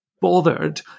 bothered